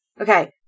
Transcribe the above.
Okay